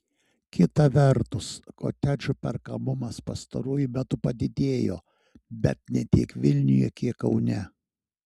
kita vertus kotedžų perkamumas pastaruoju metu padidėjo bet ne tiek vilniuje kiek kaune